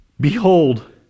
Behold